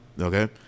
Okay